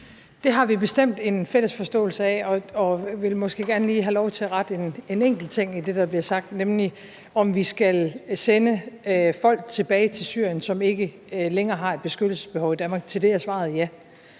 Det har vi bestemt en fælles forståelse af. Jeg vil måske gerne lige have lov til at rette en enkelt ting i det, der bliver sagt, nemlig om vi skal sende folk, som ikke længere har et beskyttelsesbehov i Danmark, tilbage til